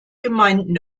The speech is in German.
gemeinden